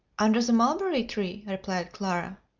under the mulberry-tree, replied clara.